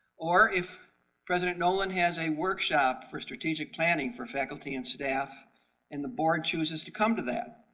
or if president nolan has a workshop for strategic planning for faculty and staff and the board chooses to come to that,